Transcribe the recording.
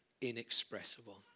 inexpressible